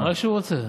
מה שהוא רוצה.